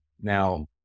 Now